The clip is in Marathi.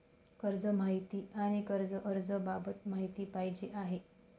कर्ज माहिती आणि कर्ज अर्ज बाबत माहिती पाहिजे आहे